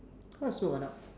want to smoke or not